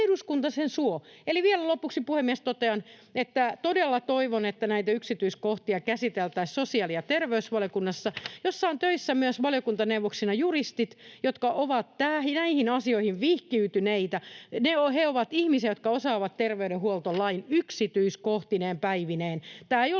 lopuksi, puhemies, totean, että todella toivon, että näitä yksityiskohtia käsiteltäisiin sosiaali- ja terveysvaliokunnassa, jossa on töissä myös valiokuntaneuvoksina juristit, jotka ovat näihin asioihin vihkiytyneitä. He ovat ihmisiä, jotka osaavat terveydenhuoltolain yksityiskohtineen päivineen.